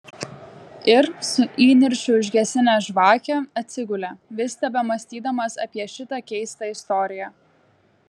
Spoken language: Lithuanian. ir su įniršiu užgesinęs žvakę atsigulė vis tebemąstydamas apie šitą keistą istoriją